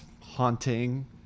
haunting